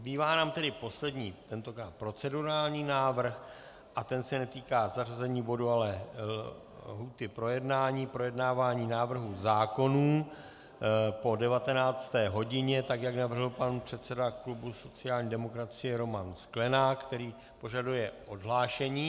Zbývá nám tedy poslední, tentokrát procedurální návrh a ten se netýká zařazení bodu, ale lhůty k projednávání návrhů zákonů po 19. hodině, tak jak navrhl pan předseda klubu sociální demokracie Roman Sklenák který požaduje odhlášení.